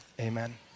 amen